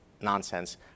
nonsense